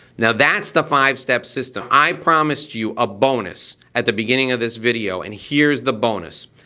now that's the five-step system. i promised you a bonus at the beginning of this video and here's the bonus.